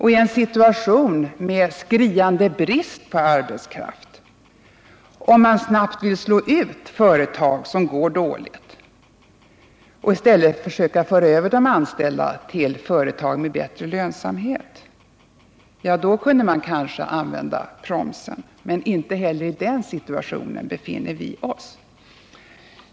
I en situation med skriande brist på arbetskraft, där man snabbt vill slå ut företag som går dåligt och föra över de anställda till företag med bättre lönsamhet, kunde man kanske använda promsen. Men inte heller i en sådan situation befinner vi oss.